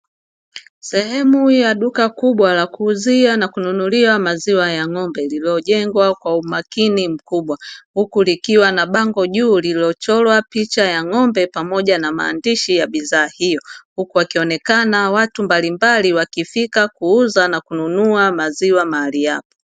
Sehemu ya duka kubwa la kuuzia na kununulia maziwa ya ng'ombe liliojengwa kwa umakini mkubwa, huku likiwa na Bango juu lililochorwa picha ya ng'ombe pamoja na maandishi ya bidhaa hiyo, huku wakionekana watu mbalimbali wakifika na kununua maziwa mahali hapa.